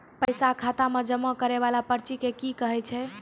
पैसा खाता मे जमा करैय वाला पर्ची के की कहेय छै?